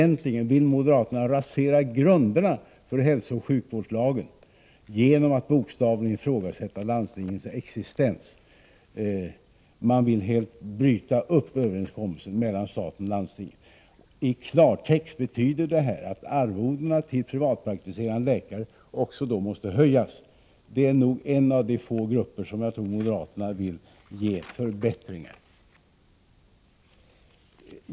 Egentligen vill moderaterna rasera grunderna för hälsooch sjukvårdslagen genom att bokstavligen ifrågasätta landstingens existens. Man vill helt bryta upp överenskommelsen mellan staten och landstingen. I klartext betyder det här att arvodena till privatpraktiserande läkare också måste höjas. Det är nog en av de få grupper som jag tror moderaterna vill ge förbättringar.